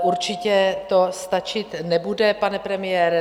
Určitě to stačit nebude, pane premiére.